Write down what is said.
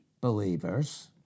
believers